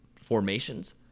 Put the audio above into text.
formations